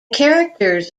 characters